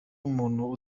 umuntu